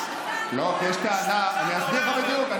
כי יש טענה, אני אסביר לך בדיוק.